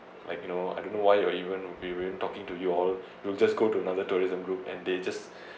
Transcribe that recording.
like you know I don't know why you are even we were even talking to you all they will just go to another tourism group and they just